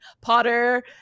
potter